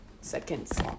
Seconds